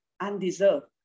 undeserved